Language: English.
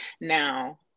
now